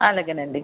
అలాగేనండి